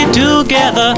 together